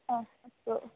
अस्तु